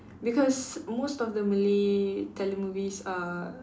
because most of the Malay telemovies are